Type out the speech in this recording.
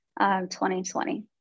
2020